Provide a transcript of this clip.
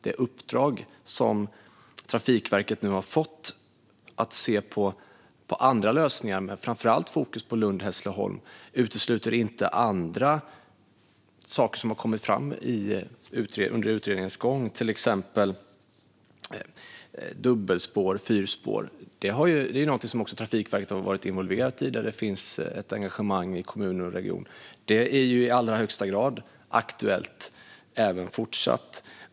Det uppdrag som Trafikverket nu har fått om att se på andra lösningar, med fokus på framför allt Lund-Hässleholm, utesluter inte andra saker som har kommit fram under utredningens gång, till exempel dubbelspår och fyrspår. Det är något som också Trafikverket har varit involverade i och där det finns ett engagemang i kommuner och regioner. Det är i allra högsta grad aktuellt även fortsatt.